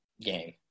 game